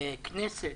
כנסת,